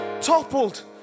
Toppled